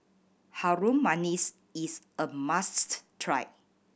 Harum Manis is a must try